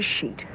sheet